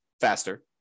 faster